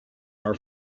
our